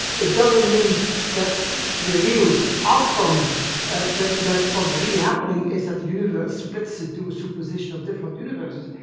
it doesn't mean that the real outcome that that was really happening is that the universe splits into a superposition of different universes.